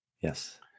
Yes